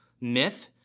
myth